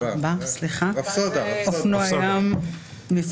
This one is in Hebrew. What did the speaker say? אופנוע ים,